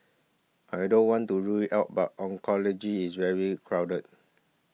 I don't want to rule it out but oncology is very crowded